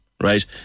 right